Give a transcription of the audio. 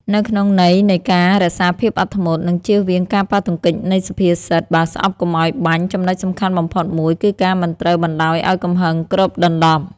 នៅក្នុងន័យនៃការរក្សាភាពអត់ធ្មត់ និងជៀសវាងការប៉ះទង្គិចនៃសុភាសិត "បើស្អប់កុំឲ្យបាញ់" ចំណុចសំខាន់បំផុតមួយគឺការមិនត្រូវបណ្តោយឲ្យកំហឹងគ្របដណ្ដប់។